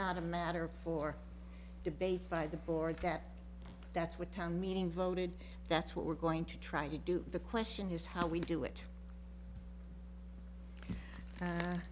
not a matter for debate by the board that that's what town meeting voted that's what we're going to try to do the question is how we do it